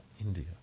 India